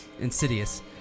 insidious